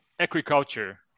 agriculture